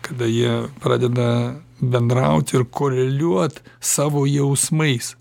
kada jie pradeda bendrauti ir koreliuot savo jausmais